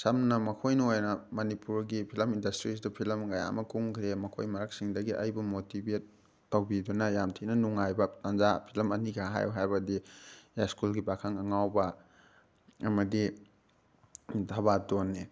ꯁꯝꯅ ꯃꯈꯣꯏꯅ ꯑꯣꯏꯅ ꯃꯅꯤꯄꯨꯔꯒꯤ ꯐꯤꯂꯝ ꯏꯟꯗꯁꯇ꯭ꯔꯤꯁꯤꯗ ꯐꯤꯂꯝ ꯀꯌꯥ ꯑꯃ ꯀꯨꯝꯈ꯭ꯔꯦ ꯃꯈꯣꯏ ꯃꯔꯛꯁꯤꯡꯗꯒꯤ ꯑꯩꯕꯨ ꯃꯣꯇꯤꯕꯦꯠ ꯇꯧꯕꯤꯗꯨꯅ ꯌꯥꯝ ꯊꯤꯅ ꯅꯨꯡꯉꯥꯏꯕ ꯇꯥꯟꯖꯥ ꯐꯤꯂꯝ ꯑꯅꯤꯈꯛ ꯍꯥꯏꯌꯨ ꯍꯥꯏꯔꯕꯗꯤ ꯌꯥꯏꯁꯀꯨꯜꯒꯤ ꯄꯥꯈꯪ ꯑꯉꯥꯎꯕ ꯑꯃꯗꯤ ꯊꯕꯥꯇꯣꯟꯅꯤ